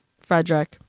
Frederick